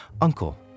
Uncle